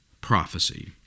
prophecy